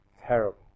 terrible